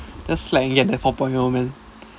just like can get the four point O man